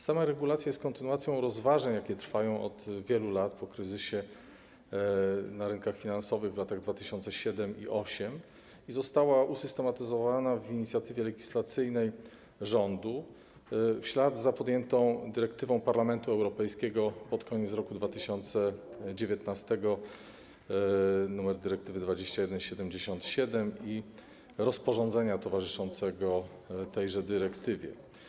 Sama regulacja jest kontynuacją rozważań, jakie trwają od wielu lat po kryzysie na rynkach finansowych w latach 2007 i 2008, i została usystematyzowana w inicjatywie legislacyjnej rządu, w ślad za podjętą dyrektywą Parlamentu Europejskiego pod koniec roku 2019, nr dyrektywy 2177, i rozporządzeniem towarzyszącym tejże dyrektywie.